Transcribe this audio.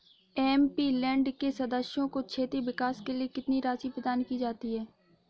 MP land के सदस्यों को क्षेत्रीय विकास के लिए कितनी राशि प्रदान की जाती है?